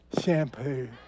shampoo